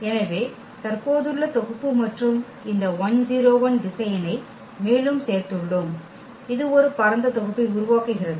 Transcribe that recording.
எனவே தற்போதுள்ள தொகுப்பு மற்றும் இந்த திசையனை மேலும் சேர்த்துள்ளோம் இது ஒரு பரந்த தொகுப்பை உருவாக்குகிறது